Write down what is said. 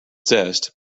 zest